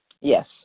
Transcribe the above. Yes